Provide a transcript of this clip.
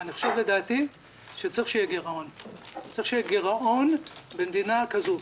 לדעתי צריך שיהיה גירעון במדינה כזו,